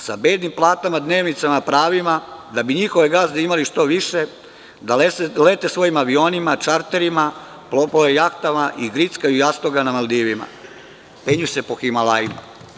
Sa bednim platama, dnevnicama, pravima, da bi njihove gazde imali što više, da lete svojim avionima, čarterima, plove jahtama i grickaju jastoga na Maldivima, penju se po Himalajima.